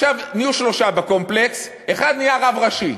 עכשיו נהיו שלושה בקומפלקס, ואחד נהיה רב ראשי.